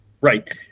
Right